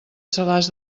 salàs